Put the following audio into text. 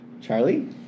Charlie